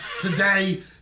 today